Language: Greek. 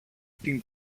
την